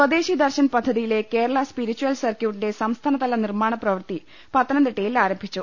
സ്വദേശി ദർശൻ പദ്ധതിയിലെ കേരള സ്പിരിചൽ സർക്യൂ ട്ടിന്റെ സംസ്ഥാനതല നിർമ്മാണ പ്രവൃത്തി പത്തനംതിട്ടയിൽ ആരംഭിച്ചു